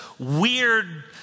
weird